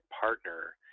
partner